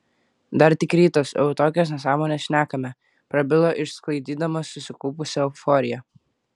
dar tik rytas o jau tokias nesąmones šnekame prabilo išsklaidydamas susikaupusią euforiją